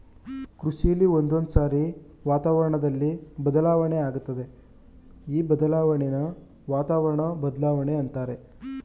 ಕೃಷಿಲಿ ಒಂದೊಂದ್ಸಾರಿ ವಾತಾವರಣ್ದಲ್ಲಿ ಬದಲಾವಣೆ ಆಗತ್ತೆ ಈ ಬದಲಾಣೆನ ವಾತಾವರಣ ಬದ್ಲಾವಣೆ ಅಂತಾರೆ